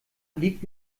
liegt